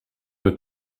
nur